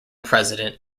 president